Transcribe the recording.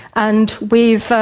and we've.